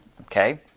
Okay